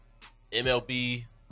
MLB